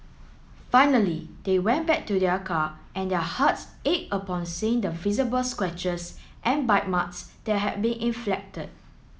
finally they went back to their car and their hearts ached upon seeing the visible scratches and bite marks that had been inflected